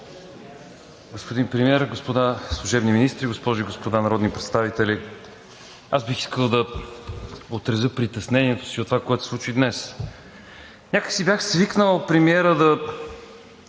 Господин Премиер, господа служебни министри, госпожи и господа народни представители! Бих искал да отразя притеснението си от това, което се случи днес. Някак си бях свикнал премиерът да